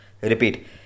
Repeat